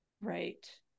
right